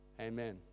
Amen